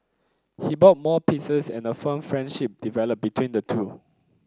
he bought more pieces and a firm friendship developed between the two